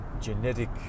genetic